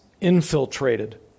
infiltrated